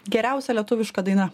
geriausia lietuviška daina